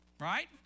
Right